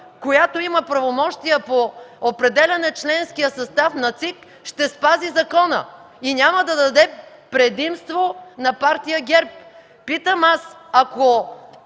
която има правомощия по определяне членския състав на ЦИК, ще спази закона и няма да даде предимство на партия ГЕРБ. Питам аз: ако